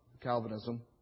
Calvinism